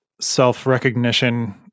self-recognition